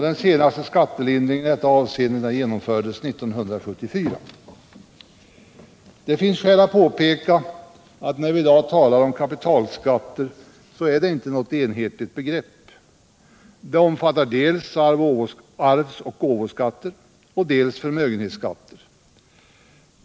Den senaste skat telindringen i detta avseende genomfördes 1974. Nr 56 Det finns skäl att påpeka att när vi i dag talar om kapitalskatter är Lördagen den detta inte något enhetligt begrepp. Det omfattar dels arvsoch gåvo 17 december 1977 skatter, dels förmögenhetsskatter.